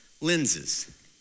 lenses